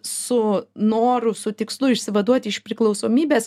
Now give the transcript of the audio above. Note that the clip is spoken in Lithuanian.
su noru su tikslu išsivaduoti iš priklausomybės